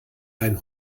ein